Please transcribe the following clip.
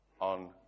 on